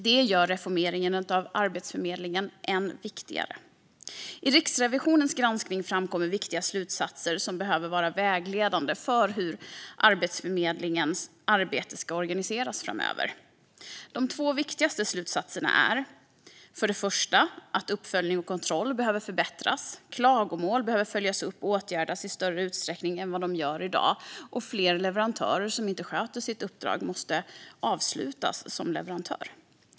Detta gör reformeringen av Arbetsförmedlingen än viktigare. I Riksrevisionens granskning framkommer viktiga slutsatser som behöver vara vägledande för hur Arbetsförmedlingens arbete ska organiseras framöver. Låt mig nämna de två viktigaste slutsatserna. Den första är att uppföljning och kontroll behöver förbättras. Klagomål behöver följas upp och åtgärdas i större utsträckning än i dag. Fler leverantörer som inte sköter sitt uppdrag måste avslutas som leverantör.